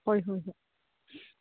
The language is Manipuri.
ꯍꯣꯏ ꯍꯣꯏ ꯍꯣꯏ